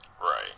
Right